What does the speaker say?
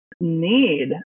need